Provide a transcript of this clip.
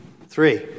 Three